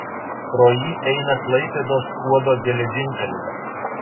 pro jį eina klaipėdos skuodo geležinkelis